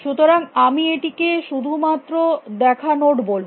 সুতরাং আমি এটিকে শুধু মাত্র দেখা নোড বলব